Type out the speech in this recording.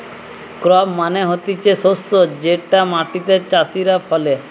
crop মানে হতিছে শস্য যেটা মাটিতে চাষীরা ফলে